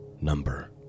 number